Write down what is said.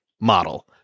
model